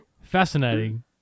Fascinating